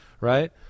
right